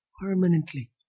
permanently